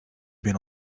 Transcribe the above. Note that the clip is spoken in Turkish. bin